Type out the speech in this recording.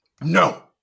no